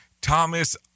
Thomas